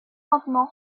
campement